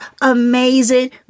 amazing